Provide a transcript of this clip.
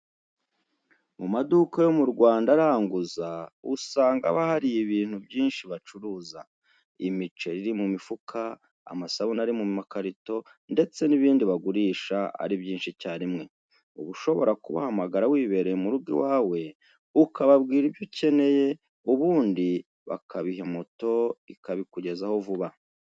Mu maduka yo mu Rwanda aranguza, usanga haba hari ibintu byinshi bacuruza, imiceri iri mu mufuka, amasabune ari mu bikarito ndetse n'ibindi bagurisha ari byinshi icyarimwe. Uba ushobora kubahamagara wibereye mu rugo iwawe, ukababwira ibyo ukeneye ubundi bakabiha moto ikabikugezaho vuba.